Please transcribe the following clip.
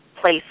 place